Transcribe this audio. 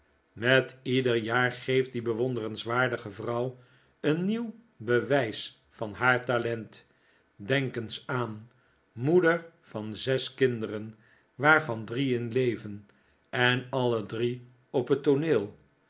met ieder jaar geeft die bewonderenswaardige vrouw een nieuw bewijs van haar talent denk eens aan moeder van zes kinderen waarvan drie in leven en alle drie op het tooneel